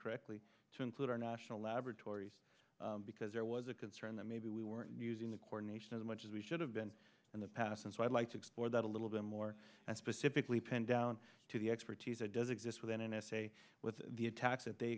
correctly to include our national laboratories because there was a concern that maybe we weren't using the coordination as much as we should have been in the past and so i'd like to explore that a little bit more specifically pinned down to the expertise that does exist within n s a with the attacks that they